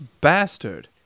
bastard